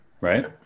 right